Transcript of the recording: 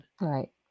Right